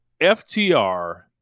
FTR